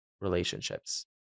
relationships